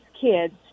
kids